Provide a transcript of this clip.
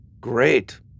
Great